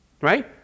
right